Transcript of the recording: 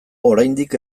oraindik